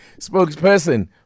spokesperson